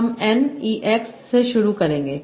हम N e x से शुरू करेंगे